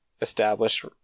established